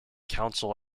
council